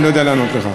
אני לא יודע לענות לך.